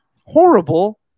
horrible